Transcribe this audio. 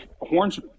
Horns